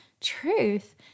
truth